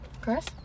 Chris